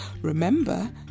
Remember